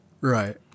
Right